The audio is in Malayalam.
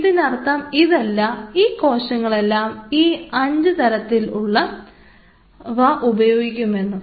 ഇതിനർത്ഥം ഇതല്ല ഈ കോശങ്ങളെല്ലാം ഈ അഞ്ച് തരത്തിലുള്ളവ ഉപയോഗിക്കുമെന്ന്